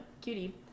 Cutie